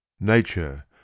Nature